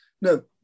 no